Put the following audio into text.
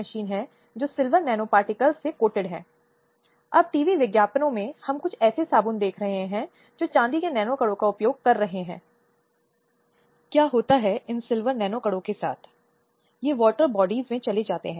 अब महिलाओं के लिए राष्ट्रीय आयोग की धारा 10 के तहत ऐसे कई कार्य हैं जो महिलाओं के कारण को आगे बढ़ाने के लिए निर्धारित किए गए हैं